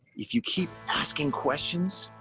if you keep asking questions,